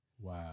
Wow